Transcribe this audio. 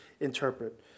interpret